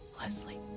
Leslie